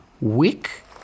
wick